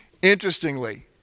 Interestingly